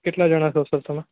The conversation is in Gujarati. કેટલા જણા છો સર તમે